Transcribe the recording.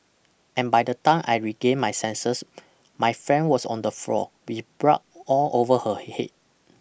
and by the time I regained my senses my friend was on the floor with blood all over her head